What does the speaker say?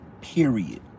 period